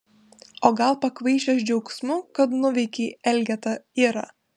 o gal pakvaišęs džiaugsmu kad nuveikei elgetą irą